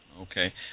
Okay